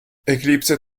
eclipse